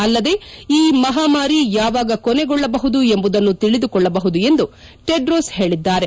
ಅಲ್ಲದೆ ಈ ಮಹಾಮಾರಿ ಯಾವಾಗ ಕೊನೆಗೊಳ್ಳಬಹುದು ಎಂಬುದನ್ನು ತಿಳಿದುಕೊಳ್ಳಬಹುದು ಎಂದು ಟೆಡ್ರೋಸ್ ಹೇಳಿದ್ದಾರೆ